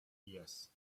yes